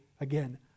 again